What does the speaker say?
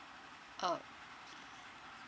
uh